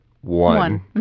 one